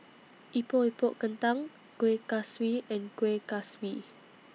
Epok Epok Kentang Kuih Kaswi and Kueh Kaswi